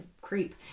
creep